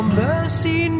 mercy